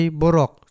borok